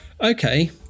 Okay